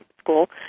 school